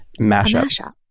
mashups